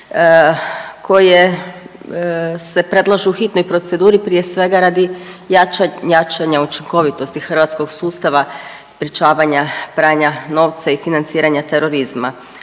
koje se predlažu u hitnoj proceduri prije svega radi jačanja učinkovitosti hrvatskog sustava sprječavanja pranja novca i financiranja terorizma.